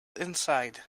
inside